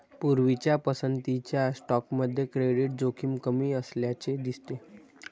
पूर्वीच्या पसंतीच्या स्टॉकमध्ये क्रेडिट जोखीम कमी असल्याचे दिसते